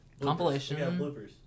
compilation